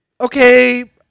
okay